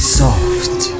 soft